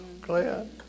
Glad